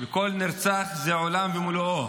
וכל נרצח זה עולם ומלואו.